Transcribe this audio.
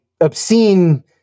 obscene